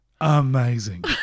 amazing